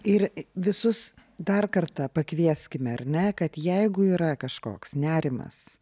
ir visus dar kartą pakvieskime ar ne kad jeigu yra kažkoks nerimas